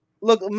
look